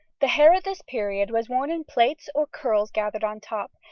the hair at this period was worn in plaits or curls gathered on top,